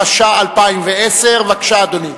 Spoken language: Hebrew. התשע"א 2010. בבקשה, אדוני.